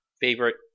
favorite